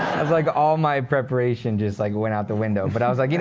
like all my preparation just like went out the window. but i was like, you